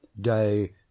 day